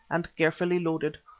and carefully loaded.